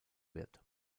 wird